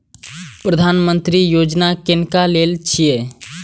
प्रधानमंत्री यौजना किनका लेल छिए?